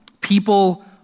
People